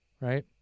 right